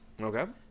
Okay